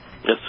Yes